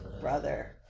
brother